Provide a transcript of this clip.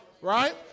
right